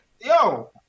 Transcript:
Yo